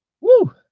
Woo